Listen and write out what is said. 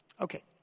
Okay